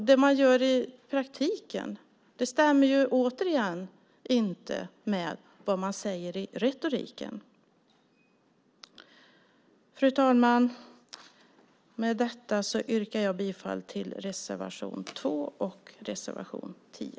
Det man gör i praktiken stämmer alltså inte med vad man säger i retoriken. Fru talman! Med detta yrkar jag bifall till reservation 2 och reservation 10.